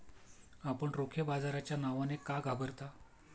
आपण रोखे बाजाराच्या नावाने का घाबरता?